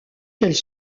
qu’elle